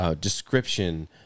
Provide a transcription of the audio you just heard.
description